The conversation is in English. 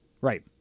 Right